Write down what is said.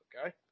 okay